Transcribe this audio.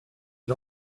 une